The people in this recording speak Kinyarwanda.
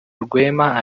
rwema